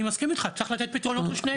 אני מסכים איתך, צריך לתת פתרונות לשניהם.